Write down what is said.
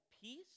peace